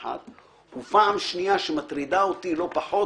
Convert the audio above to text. ודבר שני שמטריד אותי לא פחות